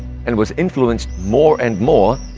and was influenced more and more,